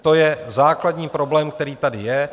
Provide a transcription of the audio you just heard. To je základní problém, který tady je.